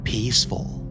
Peaceful